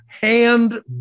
hand